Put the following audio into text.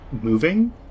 moving